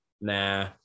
Nah